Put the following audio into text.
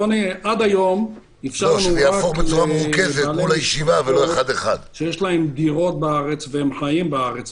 עד היום אפשרנו - שיש להם דירות בארץ והם חיים בארץ,